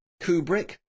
kubrick